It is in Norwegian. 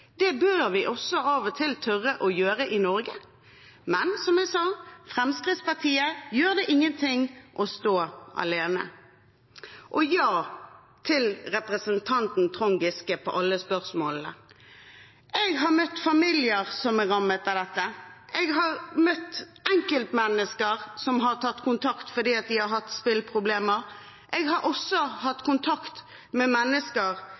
Det bør vi også av og til tørre å gjøre i Norge. Men, som jeg sa, for Fremskrittspartiet gjør det ingenting å stå alene. Og ja – til representanten Trond Giske på alle spørsmålene: Jeg har møtt familier som er rammet av dette, jeg har møtt enkeltmennesker som har tatt kontakt fordi de har hatt spilleproblemer, jeg har også hatt kontakt med mennesker